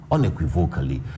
Unequivocally